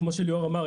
כמו שליאור אמר,